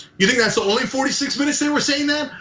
you think that's the only forty six minutes they were saying that?